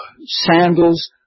sandals